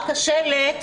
רק השלט,